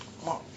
orh